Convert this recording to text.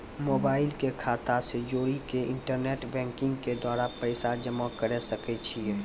Mobile के खाता से जोड़ी के इंटरनेट बैंकिंग के द्वारा पैसा जमा करे सकय छियै?